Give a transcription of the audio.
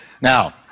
Now